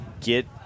get